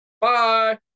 bye